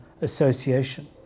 Association